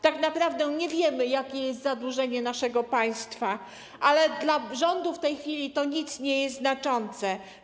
Tak naprawdę nie wiemy, jakie jest zadłużenie naszego państwa, ale dla rządu w tej chwili to nic nie znaczy.